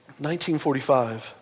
1945